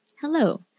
hello